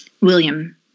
William